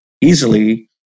easily